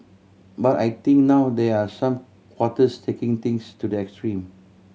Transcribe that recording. but I think now there are some quarters taking things to the extreme